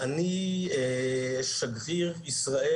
אני שגריר ישראל,